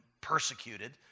persecuted